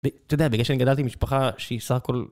ואתה יודע, בגלל שאני גדלתי משפחה שהיא סך הכל...